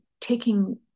taking